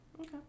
Okay